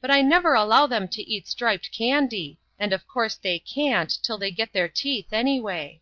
but i never allow them to eat striped candy. and of course they can't, till they get their teeth, anyway.